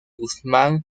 guzmán